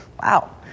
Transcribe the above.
Wow